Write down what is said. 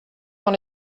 dans